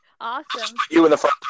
Awesome